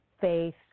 faith